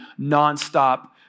nonstop